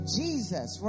jesus